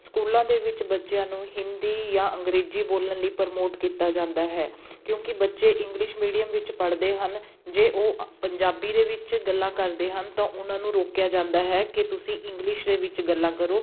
ਸਕੂਲਾਂ ਦੇ ਵਿੱਚ ਬੱਚਿਆਂ ਨੂੰ ਹਿੰਦੀ ਜਾਂ ਅੰਗਰੇਜ਼ੀ ਬੋਲਣ ਲਈ ਪ੍ਰਮੋਟ ਕੀਤਾ ਜਾਂਦਾ ਹੈ ਕਿਉਂਕਿ ਬੱਚੇ ਇੰਗਲਿਸ਼ ਮੀਡੀਅਮ ਵਿੱਚ ਪੜ੍ਹਦੇ ਹਨ ਜੇ ਉਹ ਪੰਜਾਬੀ ਦੇ ਵਿੱਚ ਗੱਲਾਂ ਕਰਦੇ ਹਨ ਤਾਂ ਉਹਨਾਂ ਨੂੰ ਰੋਕਿਆ ਜਾਂਦਾ ਹੈ ਕਿ ਤੁਸੀਂ ਇੰਗਲਿਸ਼ ਦੇ ਵਿੱਚ ਗੱਲਾਂ ਕਰੋ